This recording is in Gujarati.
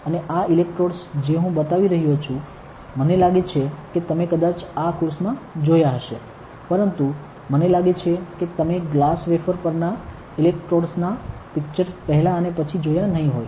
અને આ ઇલેક્ટ્રોડસ જે હું બતાવી રહ્યો છું મને લાગે છે કે તમે કદાચ આ કોર્સમાં જોયા હશે પરંતુ મને લાગે છે કે તમે ગ્લાસ વેફર પરના ઇલેક્ટ્રોડ્સ ના પિકચર્સ પહેલાં અને પછી જોયા નહી હોય